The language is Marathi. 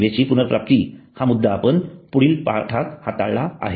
सेवेची पुनर्प्राप्ती हा मुद्दा आपण पुढील पाठात हाताळला आहे